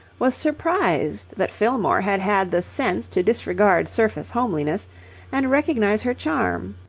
was surprised that fillmore had had the sense to disregard surface homeliness and recognize her charm.